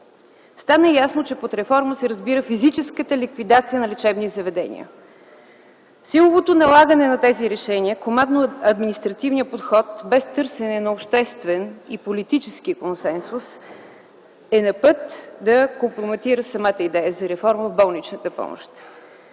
Стана ясно, че под реформа се разбира физическата ликвидация на лечебни заведения. Силовото налагане на тези решения, командно–административният подход, без търсене на обществен и политически консенсус, е на път да компрометира самата идея за реформа в болничната помощ.